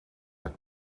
uit